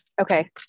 Okay